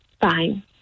Fine